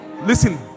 listen